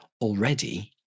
already